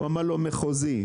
והוא ענה: מחוזית.